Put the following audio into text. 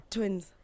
Twins